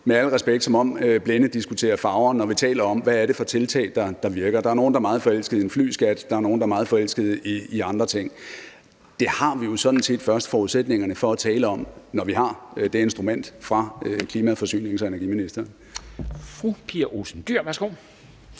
med al respekt – som når blinde diskuterer farver, når vi taler om, hvad det er for nogle tiltag, der virker. Der er nogle, der er meget forelskede i en flyskat, og der er nogle, der er meget forelskede i andre ting. Det har vi jo sådan set først forudsætningerne for at tale om, når vi har det instrument fra klima-, forsynings- og energiministeren. Kl.